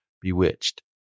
Bewitched